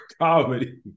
comedy